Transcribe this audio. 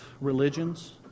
religions